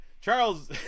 Charles